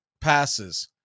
passes